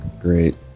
great